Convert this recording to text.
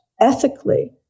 ethically